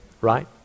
Right